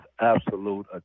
absolute